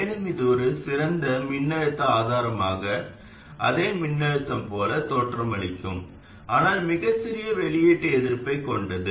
மேலும் இது ஒரு சிறந்த மின்னழுத்த ஆதாரமாக அதே மின்னழுத்தம் போல தோற்றமளிக்கவும் ஆனால் மிகச் சிறிய வெளியீட்டு எதிர்ப்பைக் கொண்டது